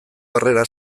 harrera